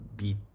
Beat